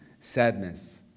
sadness